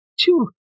two